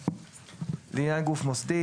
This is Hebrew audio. לעניין גוף מוסדי,